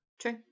True